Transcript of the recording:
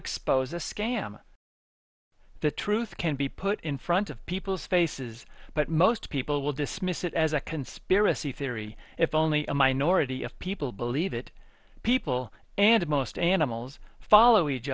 expose a scam the truth can be put in front of people's faces but most people will dismiss it as a conspiracy theory if only a minority of people believe it people and most animals follow each